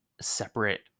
separate